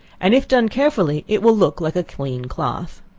and if done carefully it will look like a clean cloth.